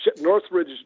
Northridge